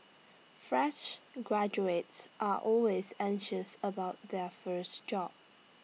fresh graduates are always anxious about their first job